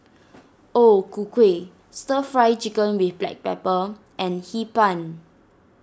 O Ku Kueh Stir Fry Chicken with Black Pepper and Hee Pan